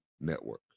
Network